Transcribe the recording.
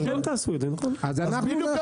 אנחנו משנים את